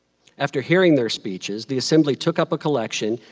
after hearing their speeches, the assembly took up a collection,